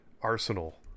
Arsenal